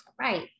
Right